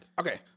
okay